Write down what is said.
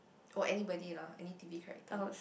or anybody lah any T_V character